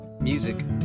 music